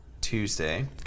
Tuesday